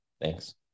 thanks